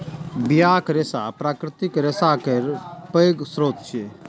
बियाक रेशा प्राकृतिक रेशा केर पैघ स्रोत छियै